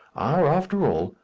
are, after all,